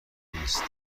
نیست